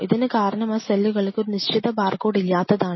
ഇതിനു കാരണം ആ സെല്ലുകൾക്ക് ഒരു നിശ്ചിത ബാർകോഡ് ഇല്ലാത്തതാണ്